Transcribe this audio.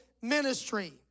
ministry